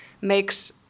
makes